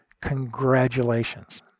congratulations